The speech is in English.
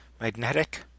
magnetic